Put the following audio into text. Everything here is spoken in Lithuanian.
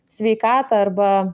sveikatą arba